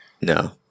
No